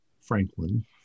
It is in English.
Franklin